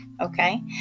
okay